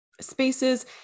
spaces